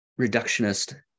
reductionist